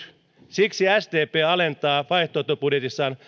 siksi sdp alentaa vaihtoehtobudjetissaan